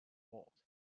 out